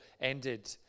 ended